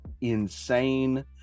insane